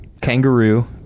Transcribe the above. kangaroo